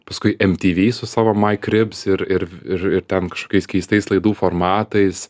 paskui mtv su savo maikribs ir ir ir ir ten kažkokiais keistais laidų formatais